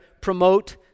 promote